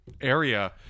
area